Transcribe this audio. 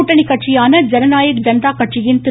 கூட்டணி கட்சியான ஜனநாயக் ஜன்தா கட்சியின் திரு